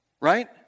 right